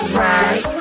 right